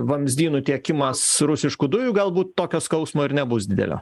vamzdynų tiekimas rusiškų dujų galbūt tokio skausmo ir nebus didelio